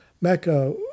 Mecca